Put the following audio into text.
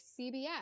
CBS